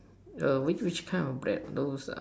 err which which kind of bread those err